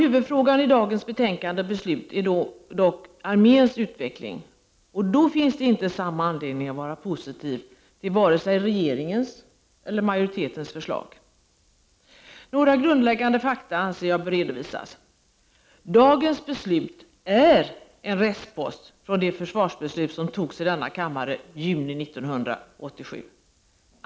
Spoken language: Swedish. Huvudfrågan i dagens betänkande och beslut är dock arméns utveckling, och då finns det inte samma anledning att vara positiv till vare sig regeringens eller majoritetens förslag. Några grundläggande fakta anser jag bör redovisas. Dagens beslut är en restpost från det försvarsbeslut som togs i denna kammare juni 1987.